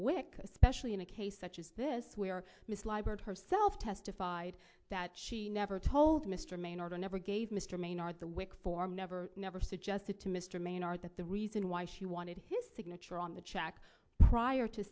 wik especially in a case such as this where ms leibert herself testified that she never told mr maynard i never gave mr maynard the wick form never never suggested to mr mann art that the reason why she wanted his signature on the check prior to